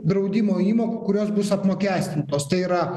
draudimo įmokų kurios bus apmokestintos tai yra